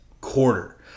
quarter